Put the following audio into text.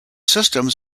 systems